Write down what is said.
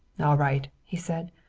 all right, he said.